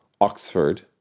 Oxford